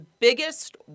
biggest